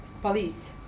Police